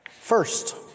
First